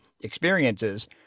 experiences –